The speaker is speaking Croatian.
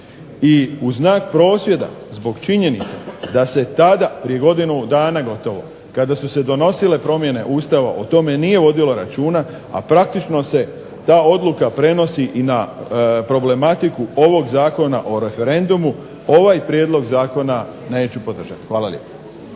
I u znak prosvjeda zbog činjenice da se tada prije gotovo godinu dana kada su se donosile promjene Ustava o tome nije vodilo računa, a praktično se ta odluka prenosi i na problematiku ovog Zakona o referendumu ovaj prijedlog zakona neću podržati. Hvala lijepo.